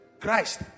Christ